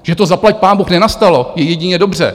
Že to zaplaťpánbůh nenastalo, je jedině dobře.